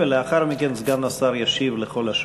לאחר מכן סגן השר ישיב לכל השואלים.